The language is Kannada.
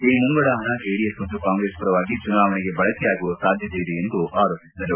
ಈ ಮುಂಗಡ ಪಣ ಜೆಡಿಎಸ್ ಮತ್ತು ಕಾಂಗ್ರೆಸ್ ಪರವಾಗಿ ಚುನಾವಣೆಗೆ ಬಳಕೆಯಾಗುವ ಸಾಧ್ಯತೆ ಇದೆ ಎಂದು ಆರೋಪಿಸಿದರು